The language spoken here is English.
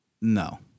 No